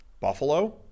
Buffalo